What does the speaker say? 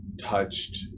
touched